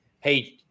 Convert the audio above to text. hey